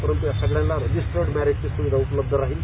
परंतू या सगळ्यांना रजिस्टर्ड मरेजची सुविधा उपलब्ध राहील